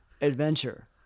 adventure